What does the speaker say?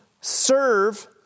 serve